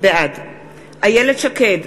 בעד איילת שקד,